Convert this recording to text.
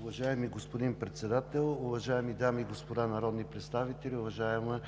Уважаеми господин Председател, уважаеми дами и господа народни представители! Уважаема